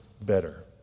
better